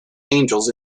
angels